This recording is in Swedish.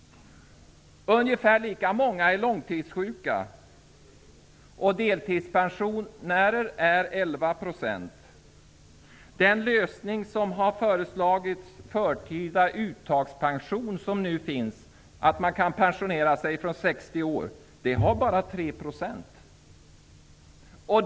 Ungefär lika många är långtidssjuka. Andelen deltidspensionärer i den åldersgruppen är 11 %. Andelen personer med förtida uttag av pension, dvs. de som blivit pensionärer vid 60 års ålder, är bara 3 %.